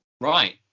Right